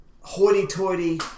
hoity-toity